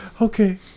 okay